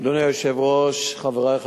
שיביאו